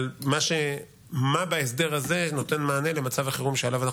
עד יום שישי של התופת לא הכרנו חוסר ביטחון כזה להתהלך ברחובות העיר.